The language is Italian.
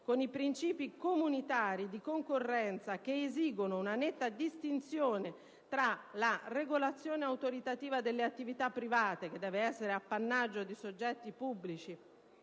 con i principi comunitari di concorrenza che esigono una netta distinzione tra la regolazione autoritativa delle attività private, che deve essere appannaggio di soggetti pubblici,